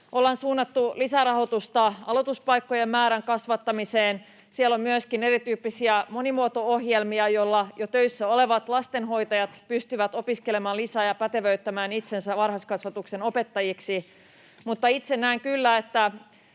Ollaan suunnattu lisärahoitusta aloituspaikkojen määrän kasvattamiseen. Siellä on myöskin erityyppisiä monimuoto-ohjelmia, joilla jo töissä olevat lastenhoitajat pystyvät opiskelemaan lisää ja pätevöittämään itsensä varhaiskasvatuksen opettajiksi. Mutta itse näen kyllä,